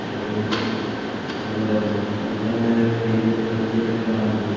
നല്ലൊരു അനുഭവമായിരുന്നു ആദ്യമായിട്ടാണ് ഞാൻ ട്രെയിനിൽ ഇത്രയും വൃത്തിയിൽ കാണുന്നത്